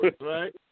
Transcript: right